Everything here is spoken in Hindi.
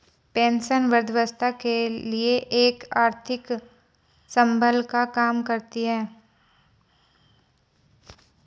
पेंशन वृद्धावस्था के लिए एक आर्थिक संबल का काम करती है